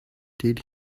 did